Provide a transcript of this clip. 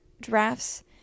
drafts